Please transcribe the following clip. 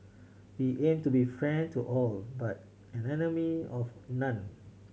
we aim to be friend to all but an enemy of none